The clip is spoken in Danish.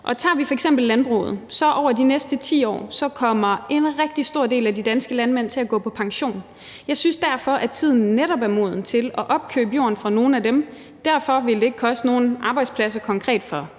Tager vi f.eks. landbruget, kommer en rigtig stor del af de danske landmænd over de næste 10 år til at gå på pension. Jeg synes derfor, er tiden netop er moden til at opkøbe jorden fra nogle af dem, og derfor vil det ikke koste nogen arbejdspladser konkret for